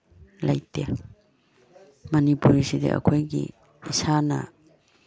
ꯂꯩꯇꯦ ꯃꯅꯤꯄꯨꯔꯤꯁꯤꯗꯤ ꯑꯩꯈꯣꯏꯒꯤ ꯏꯁꯥꯅ